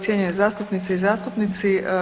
Cijenjene zastupnice i zastupnici.